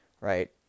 Right